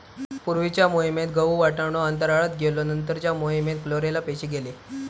पूर्वीच्या मोहिमेत गहु, वाटाणो अंतराळात गेलो नंतरच्या मोहिमेत क्लोरेला पेशी गेले